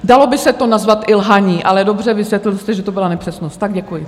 Dalo by se to nazvat i lhaní, ale dobře, vysvětlil jste, že to byla nepřesnost, tak děkuji.